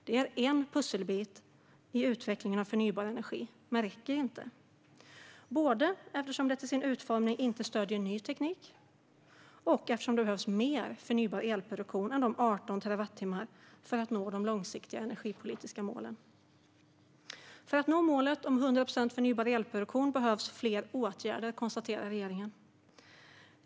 Det är en pusselbit i utvecklingen av förnybar energi, men det räcker inte - både eftersom det till sin utformning inte stöder ny teknik och eftersom det behövs mer förnybar elproduktion än de 18 terawattimmarna för att nå de långsiktiga energipolitiska målen. Regeringen konstaterar att det behövs fler åtgärder för att nå målet 100 procent förnybar elproduktion.